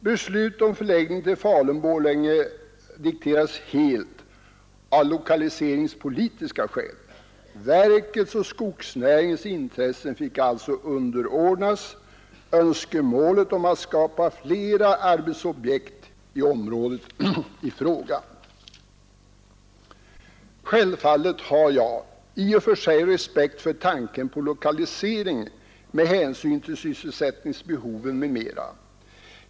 Beslutet om förläggning till Falun-Borlänge dikterades helt av lokaliseringspolitiska skäl. Verkets och skogsnäringens intressen fick alltså underordnas önskemålet om att skapa flera arbetsobjekt i området i fråga. Självfallet har jag i och för sig respekt för tanken på lokalisering med hänsyn till sysselsättningsbehoven m.m.